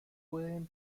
pueden